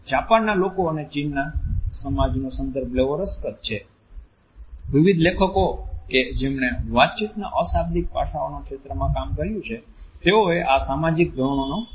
જાપાનના લોકો અને ચીનના સમાજ નો સંદર્ભ લેવો રસપ્રદ છે વિવિધ લેખકો કે જેમણે વાતચીતના અશાબ્દિક પાસાઓના ક્ષેત્રમાં કામ કર્યું છે તેઓએ આ સામાજિક ધોરણોનો ઉલ્લેખ કર્યો છે